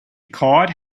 card